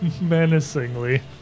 Menacingly